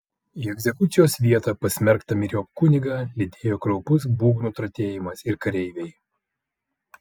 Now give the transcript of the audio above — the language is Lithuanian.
į egzekucijos vietą pasmerktą myriop kunigą lydėjo kraupus būgnų tratėjimas ir kareiviai